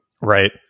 right